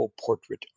Portrait